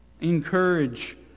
Encourage